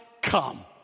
come